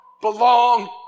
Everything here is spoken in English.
belong